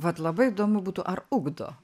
vat labai įdomu būtų ar ugdo